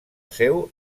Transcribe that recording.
seu